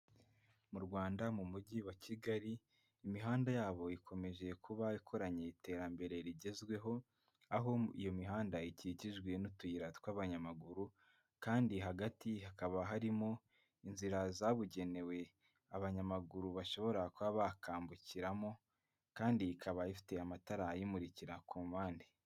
Mu rwanda mu mujyi wa kigali imihanda yabo ikomeje kuba ikoranye iterambere rigezweho aho iyo mihanda ikikijwe n'utuyira tw'abanyamaguru kandi hagati hakaba harimo inzira zabugenewe abanyamaguru bashobora kuba bakambukiramo kandi ikaba ifite amatara ayimurikira ku mpande